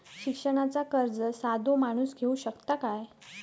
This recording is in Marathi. शिक्षणाचा कर्ज साधो माणूस घेऊ शकता काय?